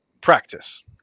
Practice